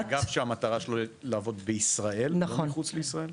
--- זה אגף שמטרתו לעבוד בישראל ולא מחוץ לישראל?